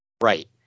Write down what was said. Right